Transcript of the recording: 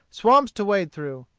swamps to wade through.